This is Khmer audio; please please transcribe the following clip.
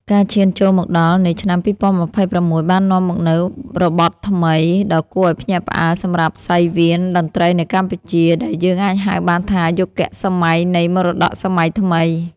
ការឈានចូលមកដល់នៃឆ្នាំ ២០២៦ បាននាំមកនូវរបត់ថ្មីដ៏គួរឱ្យភ្ញាក់ផ្អើលសម្រាប់សង្វៀនតន្ត្រីនៅកម្ពុជា ដែលយើងអាចហៅបានថាជាយុគសម័យនៃ មរតកសម័យថ្មី ។